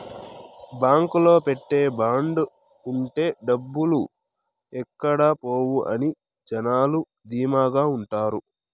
బాంకులో పెట్టే బాండ్ ఉంటే డబ్బులు ఎక్కడ పోవు అని జనాలు ధీమాగా ఉంటారు